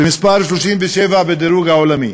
ומס' 37 בדירוג העולמי,